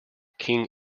king